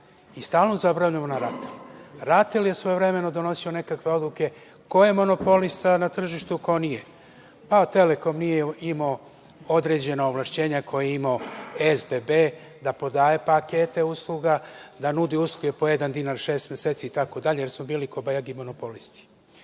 Mi stalno zaboravljamo na RATEL, RATEL je svojevremeno donosio nekakve odluke, ko je monopolista na tržištu a ko nije. Pa, Telekom nije imao određena ovlašćenja koje je imao SBB da prodaje pakete usluga, da nudi usluge po jedan dinar šest meseci i tako dalje, jer smo bili kobajagi monopolisti. Tu